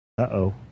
Uh-oh